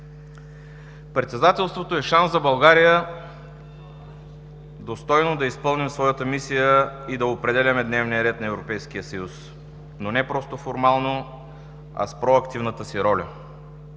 Председателството е шанс за България достойно да изпълним своята мисия и да определяме дневния ред на Европейския съюз, но не просто формално, а с проактивната си роля.